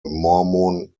mormon